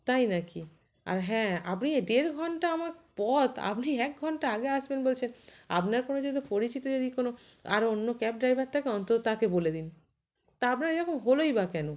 তাই নাকি আর হ্যাঁ আপনি দেড় ঘন্টা আমার পথ আপনি এক ঘন্টা আগে আসবেন বলছেন আপনার কোনো যদি পরিচিত যদি কোনো আর অন্য ক্যাব ড্রাইভার থাকে অন্তত তাকে বলে দিন তা আপনার এরকম হলোই বা কেন